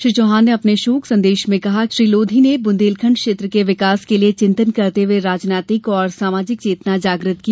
श्री चौहान ने अपने शोक संदेश में कहा कि श्री लोधी ने ब्रंदेलखंड क्षेत्र के विकास के लिये चिंतन करते हुए राजनैतिक और सामाजिक चेतना जागृत की